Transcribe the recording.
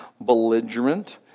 belligerent